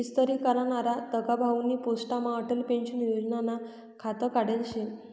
इस्तरी करनारा दगाभाउनी पोस्टमा अटल पेंशन योजनानं खातं काढेल शे